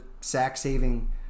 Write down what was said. sack-saving